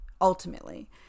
ultimately